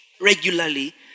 Regularly